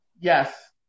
Yes